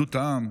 אחדות העם,